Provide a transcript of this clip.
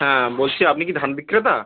হ্যাঁ বলছি আপনি কি ধান বিক্রেতা